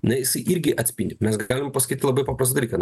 na jisai irgi atspindi mes galime pasakyt labai paprastą dalyką